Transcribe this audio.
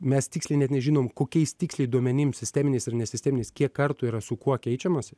mes tiksliai net nežinom kokiais tiksliai duomenim sisteminiais ir nesisteminiais kiek kartų yra su kuo keičiamasi